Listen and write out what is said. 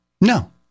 No